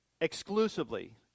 exclusively